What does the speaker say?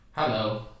Hello